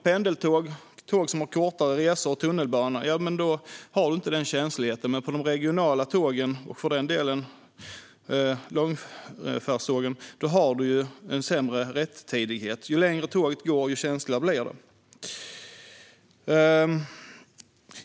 Pendeltåg, tåg som har kortare resor och tunnelbanan har inte denna känslighet, men de regionala tågen och för den delen långfärdstågen har sämre rättidighet. Ju längre tåget går, desto känsligare blir det.